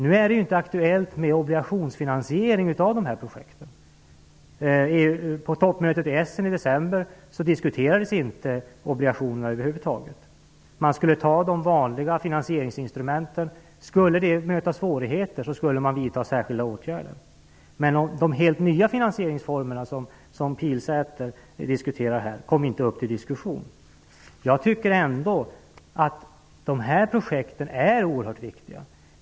Nu är det inte aktuellt med obligationsfinansiering av de här projekten. På toppmötet i Essen i december diskuterades inte obligationerna över huvud taget. Man skulle använda de vanliga finansieringsinstrumenten. Skulle det möta svårigheter skulle man vidta särskilda åtgärder. Men de helt nya finansieringsformerna som Karin Pilsäter diskuterar här kom inte upp till diskussion. Jag tycker ändå att dessa projekt är oerhört viktiga.